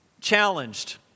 challenged